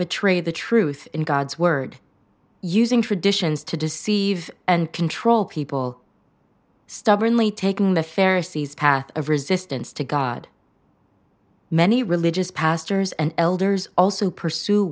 betray the truth in god's word using traditions to deceive and control people stubbornly taking the fair sea's path of resistance to god many religious pastors and elders also pursue